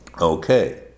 Okay